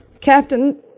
Captain